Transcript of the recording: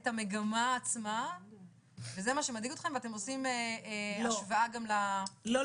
את המגמה עצמה וזה מה שמדאיג אתכם ואתם עושים השוואה גם --- לא,